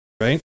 right